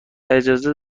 اجازه